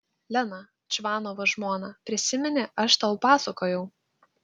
lena čvanovo žmona prisimeni aš tau pasakojau